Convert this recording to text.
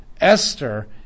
Esther